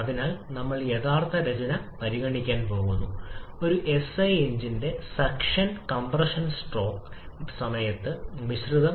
അതിനാൽ നമ്മൾ യഥാർത്ഥ രചന പരിഗണിക്കാൻ പോകുന്നു ഒരു എസ്ഐ എഞ്ചിൻറെ സക്ഷൻ കംപ്രഷൻ സ്ട്രോക്ക് സമയത്ത് മിശ്രിതം